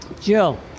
Jill